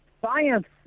science